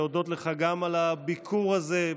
להודות לך גם על הביקור הזה,